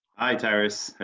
hi tyrus! how